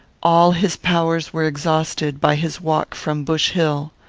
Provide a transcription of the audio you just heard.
all his powers were exhausted by his walk from bush hill.